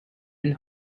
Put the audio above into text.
been